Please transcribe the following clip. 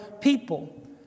people